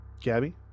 Gabby